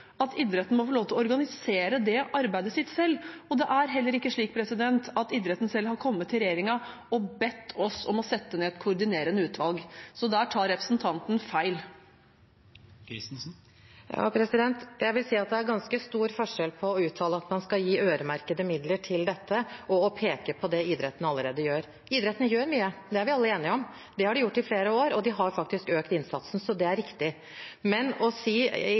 at idretten må få lov til å organisere det arbeidet sitt selv, og det er heller ikke slik at idretten selv har kommet til regjeringen og bedt oss om å sette ned et koordinerende utvalg. Der tar representanten feil. Jeg vil si at det er ganske stor forskjell på å uttale at man skal gi øremerkede midler til dette, og å peke på det idretten allerede gjør. Idretten gjør mye, det er vi alle enige om. Det har de gjort i flere år, og de har faktisk økt innsatsen. Det er riktig. Men det å si